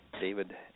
David